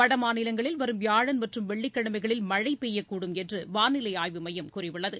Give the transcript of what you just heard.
வடமாநிலங்களில் வரும் வியாழன் மற்றும் வெள்ளிக்கிழமைகளில் மழை பெய்யக்கூடும் என்று வாளிலை ஆய்வு மையம் கூறியுள்ளது